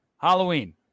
Halloween